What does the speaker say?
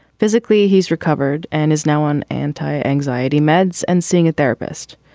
physically, he's recovered and is now on anti-anxiety meds and seeing a therapist.